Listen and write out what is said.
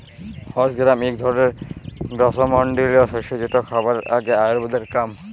horse gram এক ধরলের গ্রীস্মমন্ডলীয় শস্য যেটা খাবার আর আয়ুর্বেদের কাম